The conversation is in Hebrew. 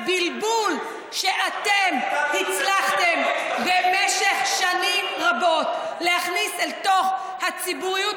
והבלבול שאתם הצלחתם במשך שנים רבות להכניס אל תוך הציבוריות